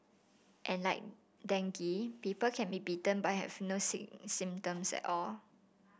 and like dengue people can be bitten but have no symptoms at all